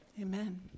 Amen